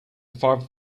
five